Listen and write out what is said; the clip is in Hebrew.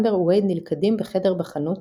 אמבר ווייד נלכדים בחדר בחנות,